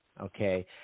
Okay